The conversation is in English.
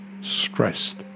stressed